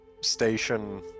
station